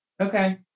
Okay